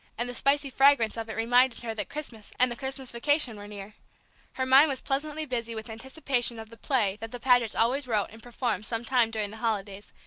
and the spicy fragrance of it reminded her that christmas and the christmas vacation were near her mind was pleasantly busy with anticipation of the play that the pagets always wrote and performed some time during the holidays,